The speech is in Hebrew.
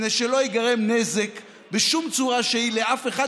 מפני שלא ייגרם נזק בשום צורה שהיא לאף אחד,